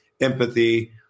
empathy